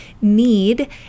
need